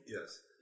Yes